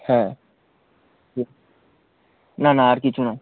হ্যাঁ না না আর কিছু নয়